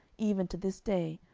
even to this day,